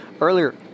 earlier